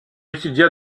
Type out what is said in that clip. étudia